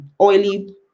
oily